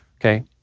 Okay